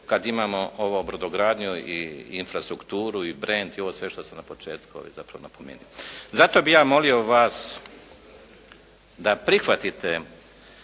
kada imamo ovo brodogradnju i infrastrukturu i brend i ovo sve što sam na početku zapravo napomenuo. Zato bih ja molio vas da prihvatite